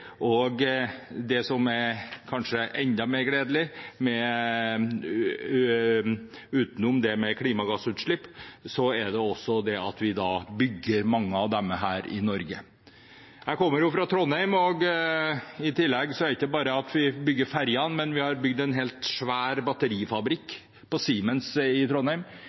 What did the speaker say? ferjer. Det som kanskje er enda mer gledelig – utenom det med klimagassutslipp – er at vi bygger mange av disse i Norge. Jeg kommer fra Trondheim, og i tillegg til at vi bygger ferjene, har vi bygd en svær batterifabrikk på Siemens i Trondheim,